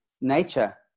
nature